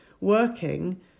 working